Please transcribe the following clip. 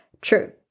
true